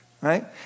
right